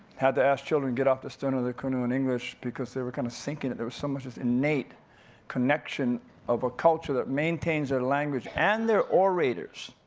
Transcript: had to ask children, get off the stern of the canoe in english, because they were kind of sinking it. there was so much just innate connection of a culture that maintains their language and their orators.